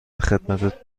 خدمت